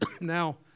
Now